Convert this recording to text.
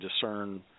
discern